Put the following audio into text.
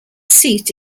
seat